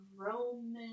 Roman